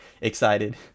excited